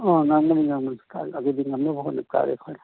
ꯑꯥ ꯉꯝꯒꯅꯤ ꯉꯝꯒꯅꯤ ꯑꯗꯨꯗꯤ ꯉꯝꯅꯕ ꯍꯣꯠꯅꯇꯥꯔꯦ ꯑꯩꯈꯣꯏꯅ